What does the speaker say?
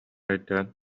өйдөөн